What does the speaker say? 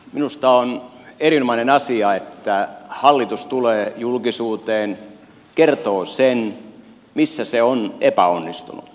minusta on erinomainen asia että hallitus tulee julkisuuteen kertoo sen missä se on epäonnistunut